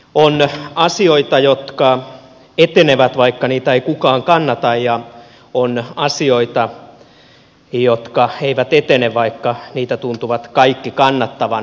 on asioita jotka etenevät vaikka niitä ei kukaan kannata ja on asioita jotka eivät etene vaikka niitä tuntuvat kaikki kannattavan